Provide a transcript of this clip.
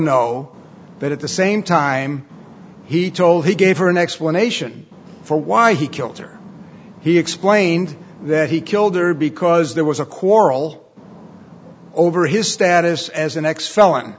know that at the same time he told he gave her an explanation for why he killed her he explained that he killed her because there was a quarrel over his status as an ex felon